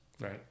Right